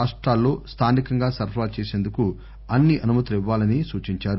రాష్టాల్లో స్థానికంగా సరఫరా చేసేందుకు అన్ని అనుమతులు ఇవ్వాలని సూచించారు